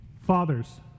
Fathers